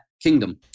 kingdom